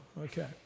Okay